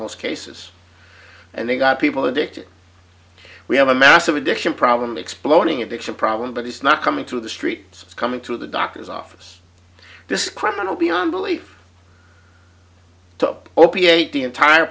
most cases and they got people addicted we have a massive addiction problem exploding addiction problem but it's not coming to the streets it's coming to the doctor's office this criminal beyond belief top opi ate the entire